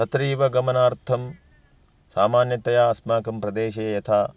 तत्रैव गमनार्थं सामान्यतया अस्माकं प्रदेशे यथा